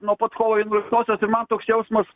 nuo pat kovo vienuoliktosios ir man toks jausmas